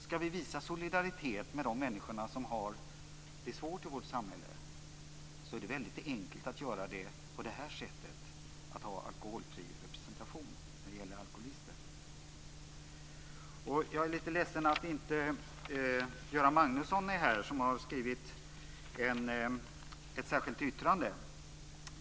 Ska vi visa solidaritet med de människor som har det svårt i vårt samhälle är det väldigt enkelt att göra det på det här sättet, att ha alkoholfri representation med tanke på alkoholister. Jag är lite ledsen att inte Göran Magnusson är här. Han har skrivit ett särskilt yttrande.